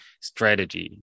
strategy